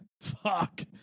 Fuck